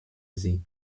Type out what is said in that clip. sie